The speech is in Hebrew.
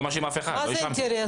מה זה "אינטרס"?